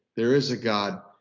there is a god,